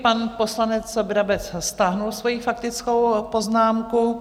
Pan poslanec Brabec stáhl svoji faktickou poznámku.